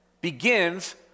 begins